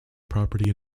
property